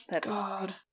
God